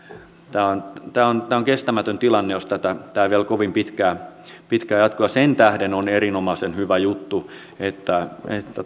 tämä on tämä on kestämätön tilanne jos tämä vielä kovin pitkään jatkuu sen tähden on erinomaisen hyvä juttu että